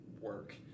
work